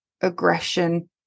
aggression